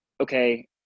okay